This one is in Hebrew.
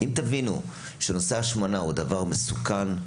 אם תבינו שנושא ההשמנה הוא דבר מסוכן,